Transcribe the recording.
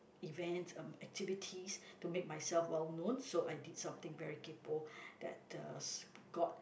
event um activities to make myself well known so I did something very kaypo that uh got